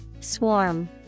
Swarm